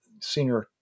senior